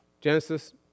Genesis